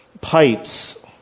pipes